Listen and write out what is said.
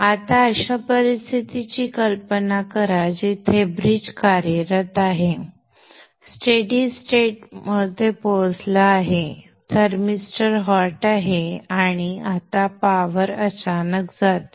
आता अशा परिस्थितीची कल्पना करा जिथे ब्रिज कार्यरत आहे स्टेडि स्टेट त पोहोचला आहे थर्मिस्टर हॉट आहे आणि आता पावर अचानक जाते